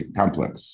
complex